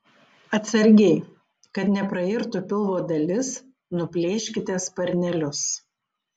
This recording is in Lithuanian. atsargiai kad neprairtų pilvo dalis nuplėškite sparnelius